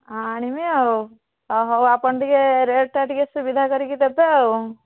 ଆଣିବି ଆଉ ହଉ ଆପଣ ଟିକିଏ ରେଟ୍ଟା ଟିକିଏ ସୁବିଧା କରିକି ଦେବେ ଆଉ